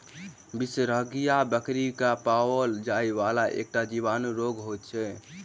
बिसरहिया बकरी मे पाओल जाइ वला एकटा जीवाणु रोग होइत अछि